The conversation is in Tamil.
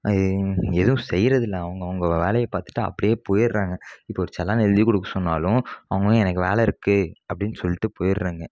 அது எதும் செய்யுறது இல்லை அவங்க அவங்க வேலையை பார்த்துட்டு அப்படியே போயிடறாங்க இப்போ ஒரு சலான் எழுதி கொடுக்க சொன்னாலும் அவங்க எனக்கு வேலை இருக்குது அப்படினு சொல்லிட்டு போயிடறாங்க